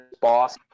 boss